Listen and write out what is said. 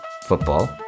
football